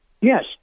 Yes